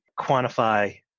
quantify